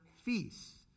feasts